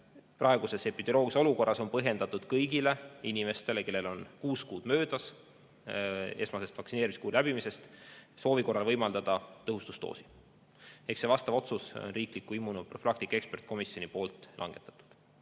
praeguses epidemioloogilises olukorras on põhjendatud kõigile inimestele, kellel on kuus kuud möödas esmase vaktsineerimiskuuri läbimisest, soovi korral võimaldada tõhustusdoosi. See otsus on riiklikul immunoprofülaktika ekspertkomisjonil langetatud.